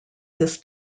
this